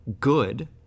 good